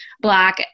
Black